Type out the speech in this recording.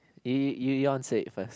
Eevon say first